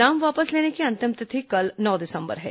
नाम वापस लेने की अंतिम तिथि कल नौ दिसंबर है